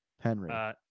Henry